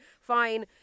fine